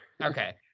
Okay